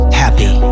happy